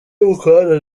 mukorana